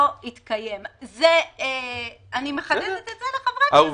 התקיים - אני מחדדת את זה לחברי הכנסת.